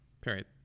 Period